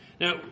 Now